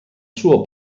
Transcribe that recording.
suo